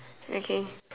okay